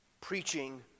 Preaching